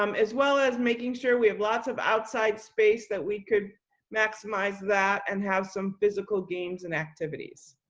um as well as making sure we have lots of outside space that we could maximize that and have some physical games and activities.